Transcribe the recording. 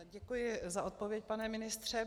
Děkuji za odpověď, pane ministře.